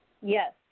yes